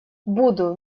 буду